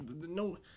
No